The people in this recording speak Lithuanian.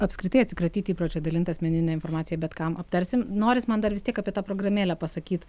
apskritai atsikratyt įpročio dalint asmeninę informaciją bet kam aptarsim noris man dar vis tiek apie tą programėlę pasakyt